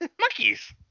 Monkeys